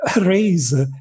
raise